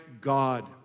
God